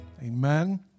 Amen